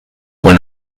wohl